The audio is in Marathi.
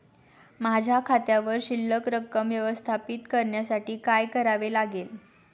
माझ्या खात्यावर शिल्लक रक्कम व्यवस्थापित करण्यासाठी काय करावे लागेल?